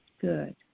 Good